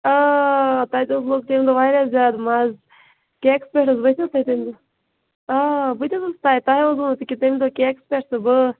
آ تتہِ اوس تمہِ دۄہ واریاہ زیادٕ مزٕ کیکہٕ پٮ۪ٹھ حظ ؤتھِو تُہۍ تَمہِ دۄہ آ بہٕ تہِ حظ ٲسٕس تتہِ تۄہہِ حظ ووٚنوٕ تَمہِ دۄہ کیکہٕ پٮ۪ٹھ سُہ بٲتھ